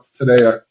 today